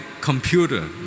computer